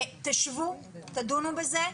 תשבו, תדונו בזה.